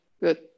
good